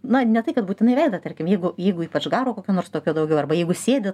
na ne tai kad būtinai veidą tarkim jeigu jeigu ypač garo kokio nors tokio daugiau arba jeigu sėdi